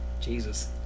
Jesus